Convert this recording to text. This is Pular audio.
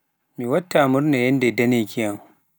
Mi watta murna yannde danyeki am.